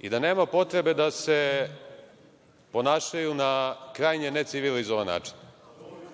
i da nema potrebe da se ponašaju na krajnje necivilizovan način. Što